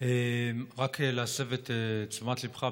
רק להסב את תשומת ליבך,